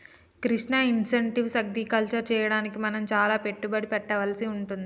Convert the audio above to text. Krishna intensive agriculture చెయ్యడానికి మనం చాల పెట్టుబడి పెట్టవలసి వుంటది